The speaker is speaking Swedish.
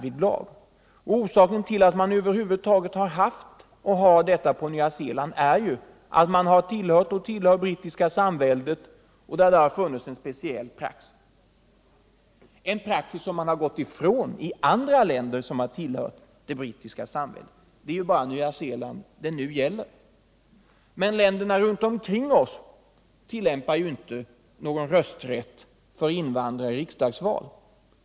Ursprunget till att man på Nya Zeeland har detta system är att landet tillhör det brittiska samväldet, där det funnits en speciell praxis, en praxis som man har gått ifrån i andra länder som tillhört brittiska samväldet. Systemet gäller nu bara på Nya Zeeland. Länderna runt omkring oss ger emellertid inte invandrarna någon invandrarerösträtt i riksdagsval.